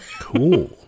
Cool